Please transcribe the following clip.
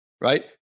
right